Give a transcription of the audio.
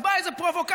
אז בא איזה פרובוקטור,